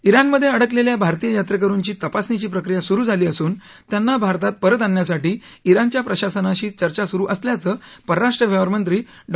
जिणमध्य अिडकलख्खा भारतीय यात्रक्रूंची तपासणीची प्रक्रिया सुरु झाली असून त्यांना भारतात परत आणण्यासाठी जिणच्या प्रशासनाशी चर्चा सुरु असल्याचं परराष्ट्र व्यवहारमंत्री डॉ